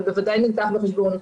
זה בוודאי נלקח בחשבון.